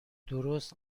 درست